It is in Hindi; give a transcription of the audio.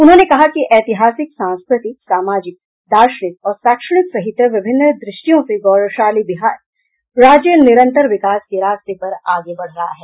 उन्होंने कहा कि ऐतिहासिक सांस्कृतिक सामाजिक दार्शनिक और शैक्षणिक सहित विभिन्न दृष्टियों से गौरवशाली बिहार राज्य निरंतर विकास के रास्ते पर आगे बढ़ रहा है